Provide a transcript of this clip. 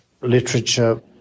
literature